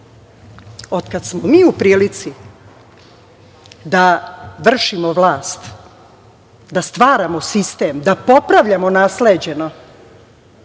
kada smo mi u prilici da vršimo vlast, da stvaramo sistem, da popravljamo nasleđeno,